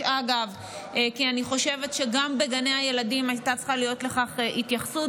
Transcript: הבאנו הצעה מאוד גדולה ורחבה שמתייחסת